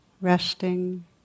resting